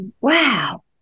wow